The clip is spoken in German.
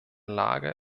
lage